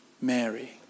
Mary